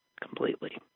completely